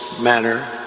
manner